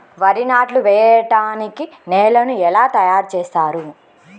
వరి నాట్లు వేయటానికి నేలను ఎలా తయారు చేస్తారు?